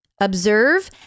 observe